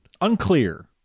Unclear